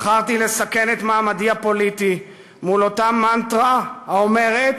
בחרתי לסכן את מעמדי הפוליטי מול אותה מנטרה האומרת